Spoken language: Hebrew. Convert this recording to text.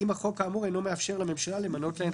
אם החוק האמור אינו מאפשר לממשלה למנות להן